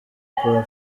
kuhava